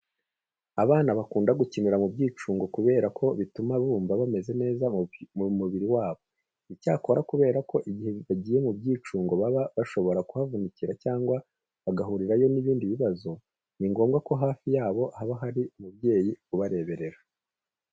Abana bakunda gukinira mu byicungo kubera ko bituma bumva bameze neza mu mubiri wabo. Icyakora kubera ko igihe bagiye mu byicungo baba bashobora kuhavunikira cyangwa bagahurirayo n'ibindi bibazo, ni ngombwa ko hafi yabo haba hari umubyeyi ubareberera.